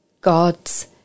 God's